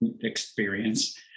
experience